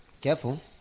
Careful